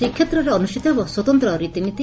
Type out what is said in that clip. ଶ୍ରୀକ୍ଷେତ୍ରରେ ଅନୁଷ୍ଠିତ ହେବ ସ୍ୱତନ୍ତ ରୀତିନୀତି